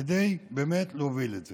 כדי באמת להוביל את זה.